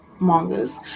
mangas